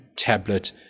tablet